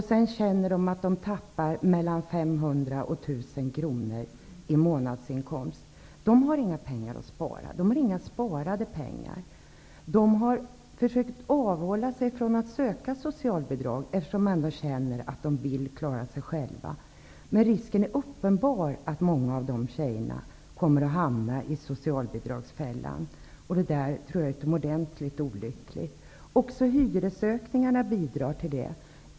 Vidare känner de att de förlorar 500--1 000 kr av sin månadsinkomst. De har inga pengar att spara och har alltså inga sparade pengar. De har försökt att avhålla sig från att söka socialbidrag, därför att de vill klara sig själva. Men risken är uppenbar att många av de här tjejerna hamnar i socialbidragsfällan. Jag tror att det är utomordentligt olyckligt. Också hyresökningarna är en bidragande faktor.